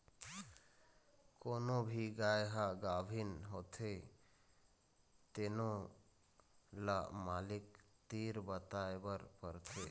कोनो भी गाय ह गाभिन होथे तेनो ल मालिक तीर बताए बर परथे